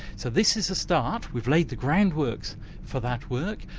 so this is a start, we've laid the groundwork for that work.